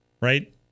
right